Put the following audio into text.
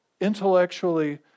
intellectually